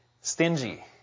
stingy